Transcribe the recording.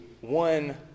one